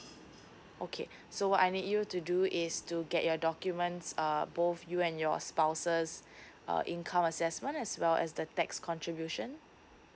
okay so what I need you to do is to get your documents uh both you and your spouses uh income assessment as well as the tax contribution